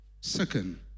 Second